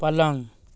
पलङ्ग